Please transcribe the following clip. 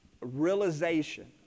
realization